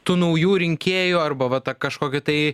tų naujų rinkėjų arba va tą kažkokį tai